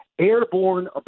airborne